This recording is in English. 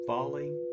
Falling